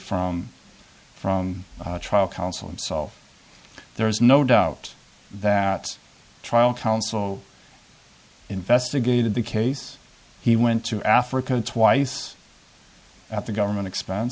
from from trial counsel himself there is no doubt that trial counsel investigated the case he went to africa twice at the government expense